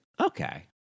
okay